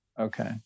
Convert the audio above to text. Okay